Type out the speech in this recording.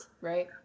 Right